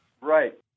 right